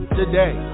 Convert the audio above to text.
today